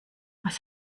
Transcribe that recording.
was